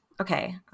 Okay